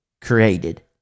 created